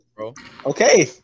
Okay